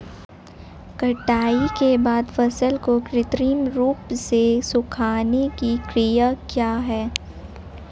कटाई के बाद फसल को कृत्रिम रूप से सुखाने की क्रिया क्या है?